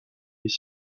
est